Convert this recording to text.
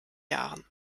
jahren